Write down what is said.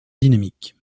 dynamique